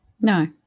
No